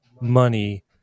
money